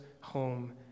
home